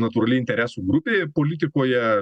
natūrali interesų grupė politikoje